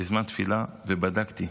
בזמן התפילה, ובדקתי,